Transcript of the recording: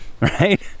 right